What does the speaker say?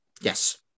Yes